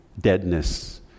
deadness